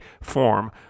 form